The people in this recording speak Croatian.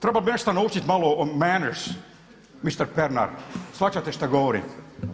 Trebao bi nešto naučiti malo o … mister Pernar shvaćate što govorim.